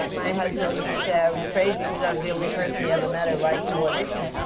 my husband used to say i was crazy, because i was the only person he ever met who liked to audition.